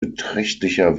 beträchtlicher